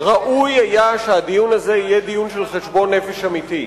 ראוי היה שהדיון הזה יהיה דיון של חשבון נפש אמיתי,